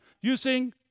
using